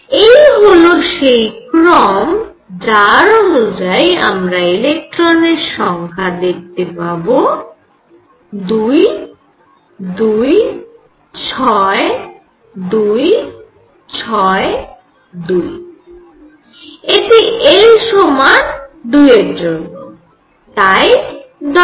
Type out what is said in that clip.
এই হল সেই ক্রম যার অনুযায়ী আমরা ইলেকট্রনের সংখ্যা দেখতে পাবো 2 2 6 2 6 2 এটি l সমান 2 এর জন্য তাই 10